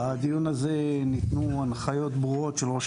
בדיון הזה ניתנו הנחיות ברורות של ראש